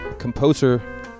composer